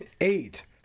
eight